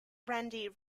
randy